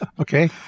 Okay